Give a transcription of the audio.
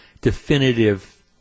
definitive